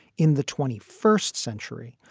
in the twenty first century,